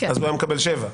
הוא היה מקבל שבע שנים.